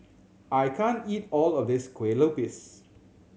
I can't eat all of this kue lupis